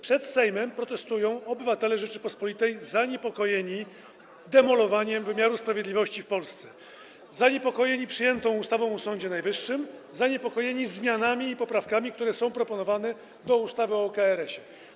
Przed Sejmem protestują Obywatele Rzeczypospolitej zaniepokojeni demolowaniem wymiaru sprawiedliwości w Polsce, zaniepokojeni przyjętą ustawą o Sądzie Najwyższym, zaniepokojeni zmianami i poprawkami, które są proponowane do ustawy o KRS.